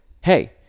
hey